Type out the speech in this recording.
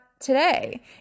today